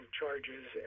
charges